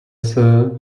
sir